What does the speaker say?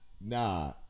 Nah